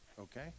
Okay